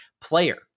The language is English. player